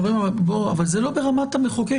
חברים, אבל זה לא ברמת המחוקק.